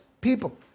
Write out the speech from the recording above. people